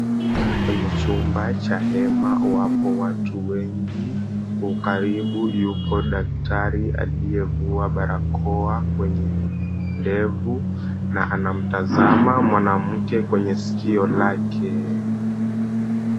Kwenye chumba cha hema wapo watu wengi. Kwa ukaribu yupo daktari aliyevua barakoa kwenye ndevu na anamtazama mwanamke kwenye skio lake.